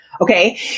Okay